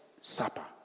supper